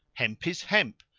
hemp is hemp,